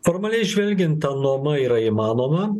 formaliai žvelgiant ta nuoma yra įmanoma